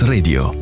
Radio